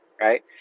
right